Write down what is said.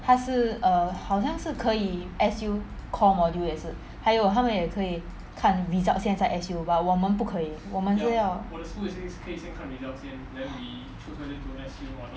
他是 err 好像是可以 S_U core module 也是还有他们也可以看 results 先再 S_U but 我们不可以我们是要